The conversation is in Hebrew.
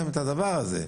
הדבר הזה.